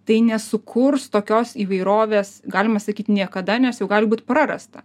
tai nesukurs tokios įvairovės galima sakyt niekada nes jau gali būt prarasta